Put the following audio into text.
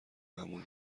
معمول